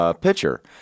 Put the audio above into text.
pitcher